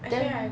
then